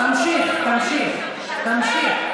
תמשיך, תמשיך.